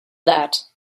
that